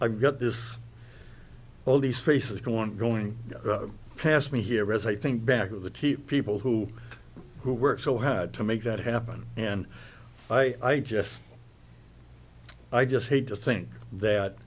i got this all these faces going going past me here as i think back of the t people who who work so hard to make that happen and i just i just hate to think that